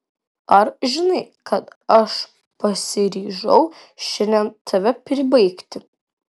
ar žinai kad aš pasiryžau šiandien tave pribaigti